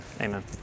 Amen